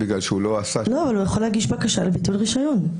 הוא יכול להגיש בקשה לביטול רישיון.